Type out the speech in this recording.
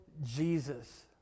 Jesus